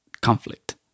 conflict